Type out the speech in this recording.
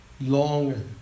long